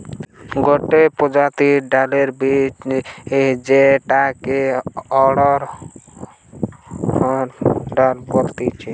গটে প্রজাতির ডালের বীজ যেটাকে অড়হর ডাল বলতিছে